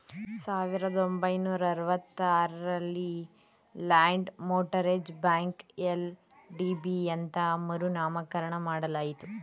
ಸಾವಿರದ ಒಂಬೈನೂರ ಅರವತ್ತ ಆರಲ್ಲಿ ಲ್ಯಾಂಡ್ ಮೋಟರೇಜ್ ಬ್ಯಾಂಕ ಎಲ್.ಡಿ.ಬಿ ಅಂತ ಮರು ನಾಮಕರಣ ಮಾಡಲಾಯಿತು